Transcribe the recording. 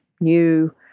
new